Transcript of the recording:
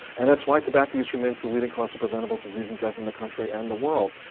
and that's why tobacco use remains the leading cause of preventable disease and death in the country and the world.